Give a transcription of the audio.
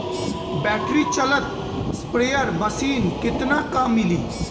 Battery चलत sprayer machine कितना क मिली?